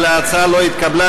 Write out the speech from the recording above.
אבל ההצעה לא התקבלה,